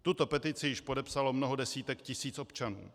Tuto petici již podepsalo mnoho desítek tisíc občanů.